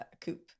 Coupe